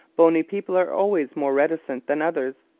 bony people are always more reticent than others.